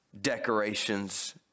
decorations